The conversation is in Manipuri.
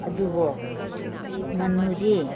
ꯑꯗꯨꯕꯨ ꯉꯥꯅꯨꯗꯤ